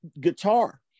guitar